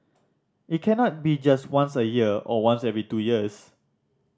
it cannot be just once a year or once every two years